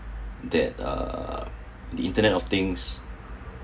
that uh the internet of things